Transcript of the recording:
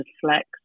flex